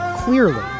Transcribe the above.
clearly,